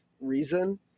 reason